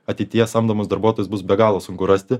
ateityje samdomus darbuotojus bus be galo sunku rasti